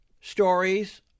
stories